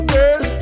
Girl